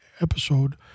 Episode